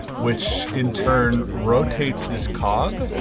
which in turn rotates this cog,